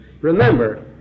Remember